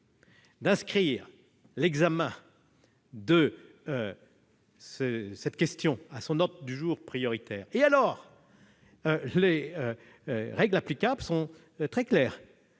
d'inscrire l'examen de cette question à son ordre du jour prioritaire, les règles applicables sont très claires